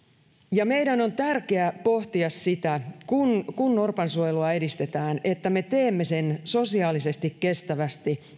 meidän on tärkeää pohtia sitä kun kun norpansuojelua edistetään että me teemme sen sosiaalisesti kestävästi